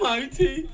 Mighty